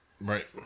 Right